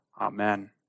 Amen